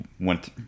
Went